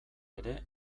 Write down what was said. ere